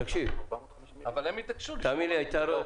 תשתיק את הזום.